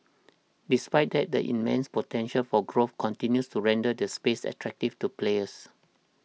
despite that the immense potential for growth continues to render the space attractive to players